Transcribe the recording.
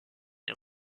des